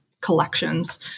collections